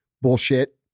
bullshit